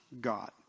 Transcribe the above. God